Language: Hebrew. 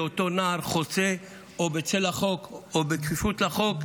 לאותו נער חוסה או בצל החוק או בכפיפות לחוק,